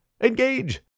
Engage